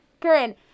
Karen